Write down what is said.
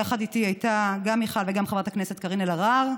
יחד איתי היו גם מיכל וגם חברת הכנסת קארין אלהרר.